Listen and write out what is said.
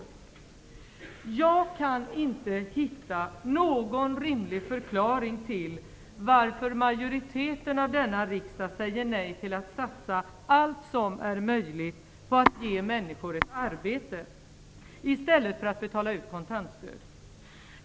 Jag kan inte hitta någon rimlig förklaring till att majoriteten av denna riksdag säger nej till att satsa allt som är möjligt på att ge männniskor ett arbete i stället för att betala ut kontantstöd.